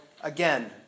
again